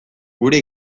gure